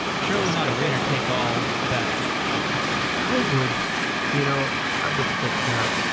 surely not a winner take all battle i would you know i would think not.